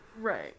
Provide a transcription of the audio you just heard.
Right